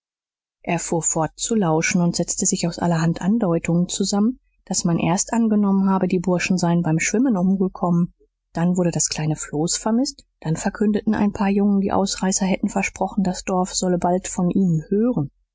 er fuhr fort zu lauschen und setzte sich aus allerhand andeutungen zusammen daß man erst angenommen habe die burschen seien beim schwimmen umgekommen dann wurde das kleine floß vermißt dann verkündeten ein paar jungen die ausreißer hätten versprochen das dorf solle bald von ihnen hören